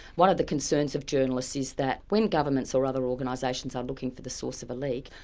one of the concerns of journalists is that when governments or other organisations are looking for the source of a leak,